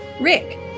Rick